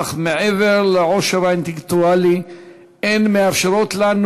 אך מעבר לעושר האינטלקטואלי הן מאפשרות לנו